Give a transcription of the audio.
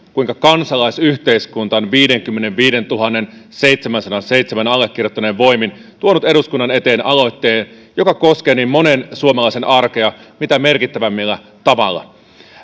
kuinka kansalaisyhteiskunta on viiteenkymmeneenviiteentuhanteenseitsemäänsataanseitsemään allekirjoittaneen voimin tuonut eduskunnan eteen aloitteen joka koskee niin monen suomalaisen arkea mitä merkittävimmällä tavalla